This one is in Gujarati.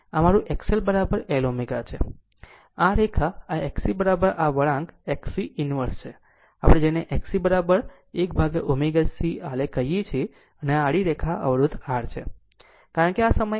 આ તે મારું XL l ω આલેખ છે અને આ રેખા આ XC આ વળાંક XC inverse છે અથવા જેને આપણે XC 1 ω C આલેખ કહીએ છીએ અને આડી રેખા એ અવરોધ R છે